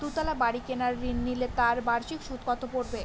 দুতলা বাড়ী কেনার ঋণ নিলে তার বার্ষিক সুদ কত পড়বে?